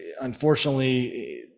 unfortunately